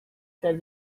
said